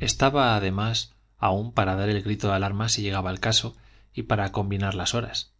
estaba además allí para dar el grito de alarma si llegaba el caso y para combinar las horas